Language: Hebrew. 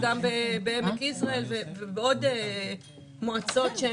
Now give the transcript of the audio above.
אז גם בעמק יזרעאל ובעוד מועצות.